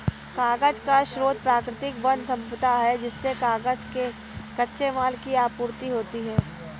कागज का स्रोत प्राकृतिक वन सम्पदा है जिससे कागज के कच्चे माल की आपूर्ति होती है